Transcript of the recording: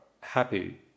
happy